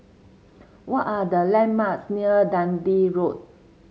what are the landmarks near Dundee Road